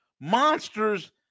Monsters